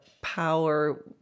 power